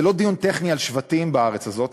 זה לא דיון טכני על שבטים בארץ הזאת,